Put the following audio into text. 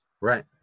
Right